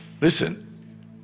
Listen